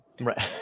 Right